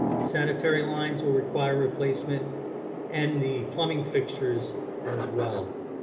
the sanitary lines will require replacement and the plumbing fixtures as well.